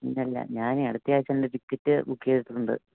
പിന്നെ അല്ല ഞാൻ അടുത്താഴ്ച്ച എൻ്റെ ടിക്കറ്റ് ബുക്ക് ചെയ്തിട്ടുണ്ട്